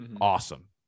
awesome